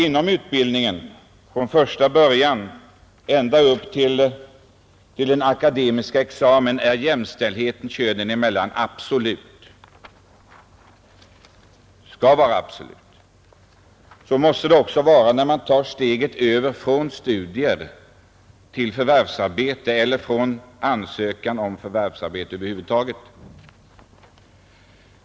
Inom utbildningen, från första början ända upp till den akademiska examen, är jämställdheten könen emellan absolut och skall vara absolut. Så måste det även vara när man tar steget över från studier till förvärvsarbete eller till en ansökan om förvärvsarbete över huvud taget.